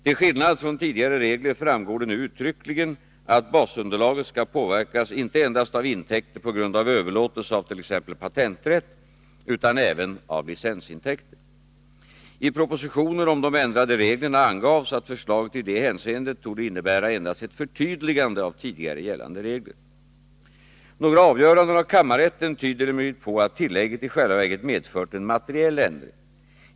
Till skillnad från tidigare regler framgår det nu uttryckligen att basunderlaget skall påverkas inte endast av intäkter på grund av överlåtelse avt.ex. patenträtt utan även av licensintäkter. I propositionen om de ändrade reglerna angavs att förslaget i detta hänseende torde innebära endast ett förtydligande av tidigare gällande regler. Några avgöranden av kammarrätten tyder emellertid på att tillägget i själva verket medfört en materiell ändring.